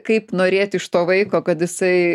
kaip norėt iš to vaiko kad jisai